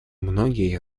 многие